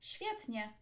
Świetnie